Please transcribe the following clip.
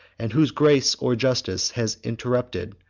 and whose grace or justice has interrupted,